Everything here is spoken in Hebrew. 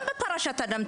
גם בפרשת הדם.